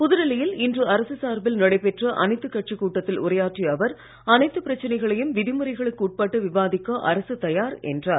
புதுடில்லியில் இன்று அரசு சார்பில் நடைபெற்ற அனைத்துக் கட்சிக் கூட்டத்தில் உரையாற்றிய அவர் அனைத்துப் பிரச்சனைகளையும் விதிமுறைகளுக்கு உட்பட்டு விவாதிக்க அரசு தயார் என்றார்